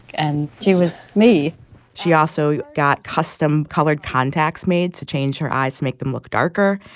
and she was me she also got custom colored contacts made to change her eyes to make them look darker.